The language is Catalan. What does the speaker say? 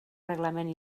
reglament